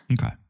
Okay